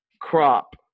Crop